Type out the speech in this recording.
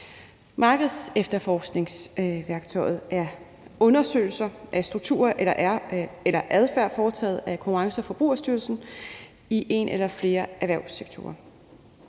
Markedsefterforskningsværktøjet er undersøgelser af strukturer eller adfærd foretaget af Konkurrence- og Forbrugerstyrelsen i en eller flere erhvervssektorer.